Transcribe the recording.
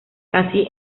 casi